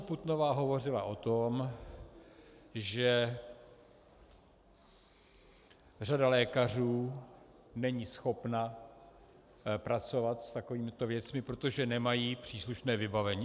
Putnová hovořila o tom, že řada lékařů není schopna pracovat s takovýmito věcmi, protože nemají příslušné vybavení.